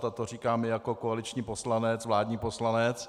A to říkám i jako koaliční poslanec, vládní poslanec.